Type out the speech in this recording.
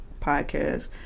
podcast